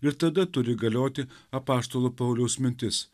ir tada turi galioti apaštalo pauliaus mintis